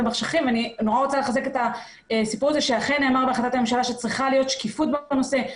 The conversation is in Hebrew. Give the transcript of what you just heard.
אני רוצה לחזק את זה שאכן נאמר בהחלטת ממשלה שצריכה להיות שקיפות בנושא,